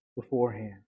beforehand